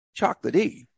chocolatey